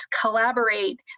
collaborate